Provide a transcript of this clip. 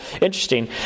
interesting